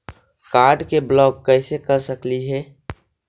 Card के block कैसे कर सकली हे?